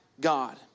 God